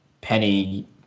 penny